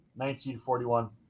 1941